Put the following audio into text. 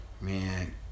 Man